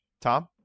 Tom